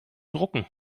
drucken